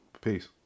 Peace